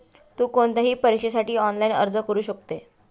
तु कोणत्याही परीक्षेसाठी ऑनलाइन अर्ज करू शकते